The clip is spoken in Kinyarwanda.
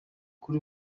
kuri